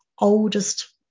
oldest